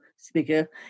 Speaker